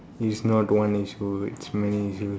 is not one issue is many issue